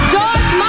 George